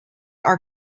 are